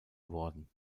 worden